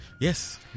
Yes